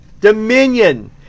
Dominion